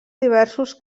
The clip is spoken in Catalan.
diversos